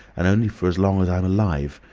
and only for as long as i'm alive.